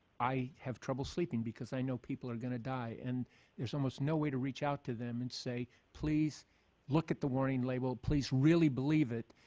i have trouble sleeping because i know people are going to die. and there's almost no way to reach out to them and say, please look at the warning label. please really believe it.